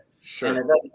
sure